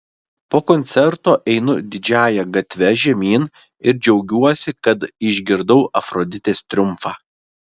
po koncerto einu didžiąja gatve žemyn ir džiaugiuosi kad išgirdau afroditės triumfą